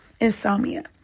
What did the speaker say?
insomnia